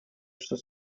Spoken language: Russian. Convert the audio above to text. что